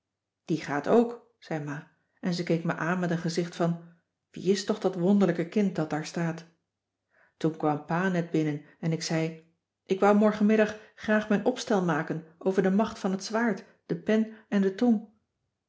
die gaat ook zei ma en ze keek me aan met een gezicht van wie is toch dat wonderlijke kind dat daar staat toen kwam pa net binnen en ik zei ik wou morgenmiddag graag mijn opstel maken over de macht van het zwaard de pen en de tong